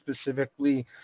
specifically